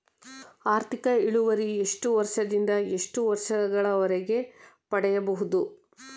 ಆರ್ಥಿಕ ಇಳುವರಿ ಎಷ್ಟು ವರ್ಷ ದಿಂದ ಎಷ್ಟು ವರ್ಷ ಗಳವರೆಗೆ ಪಡೆಯಬಹುದು?